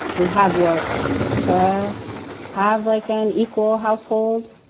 we have worked to have like an equal household,